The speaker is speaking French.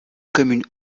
commune